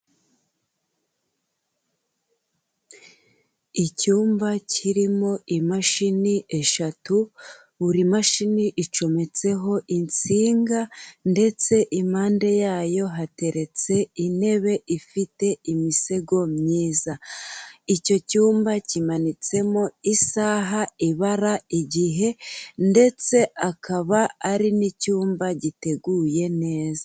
icyumba kirimo imashini eshatu, buri mashini icometseho insinga ndetse impande yayo hateretse intebe ifite imisego myiza, icyo cyumba kimanitsemo isaha ibara igihe ndetse akaba ari n'icyumba giteguye neza.